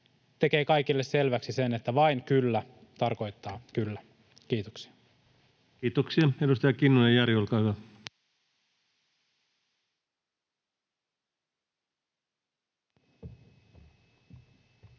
tekee kaikille selväksi sen, että vain kyllä tarkoittaa kyllä. — Kiitoksia. Kiitoksia. — Edustaja Kinnunen, Jari, olkaa hyvä. Arvoisa